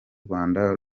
rwanda